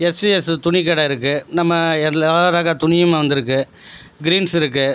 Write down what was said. SVS துணிக்கடை இருக்கு நம்ம எல்லா ரக துணியும் அங்கே வந்திருக்கு க்ரீன்ஸ் இருக்கு